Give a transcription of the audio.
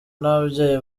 n’ababyeyi